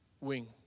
wing